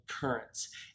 currents